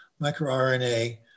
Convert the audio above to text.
microRNA